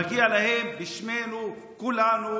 מגיע להם בשמנו, מכולנו,